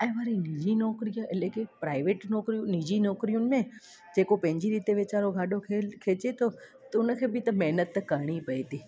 ऐं वरी निजी नौकरी खे मिले थी प्राइवेट निजी नौकरियुनि में जेको पंहिंजी रीति वीचारो गाॾो खेल खेचे थो त उनखे बि त महिनत त करिणी ई पए थी